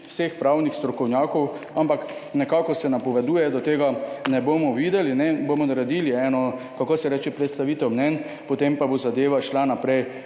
vseh pravnih strokovnjakov, ampak nekako se napoveduje, da tega ne bomo videli. Naredili bomo eno predstavitev mnenj, potem pa bo zadeva šla naprej,